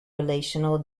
relational